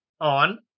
on